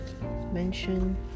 mention